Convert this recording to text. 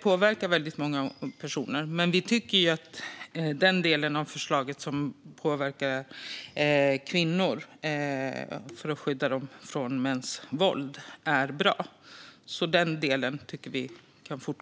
påverka väldigt många personer. Men vi tycker att den del av förslaget som påverkar kvinnor för att skydda dem från mäns våld är bra, så den delen tycker vi kan kvarstå.